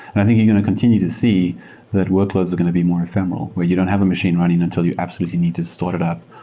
i think you're going to continue to see that workloads are going to be more ephemeral where you don't have a machine learning until you absolutely need to sort it up,